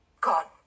god